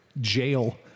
jail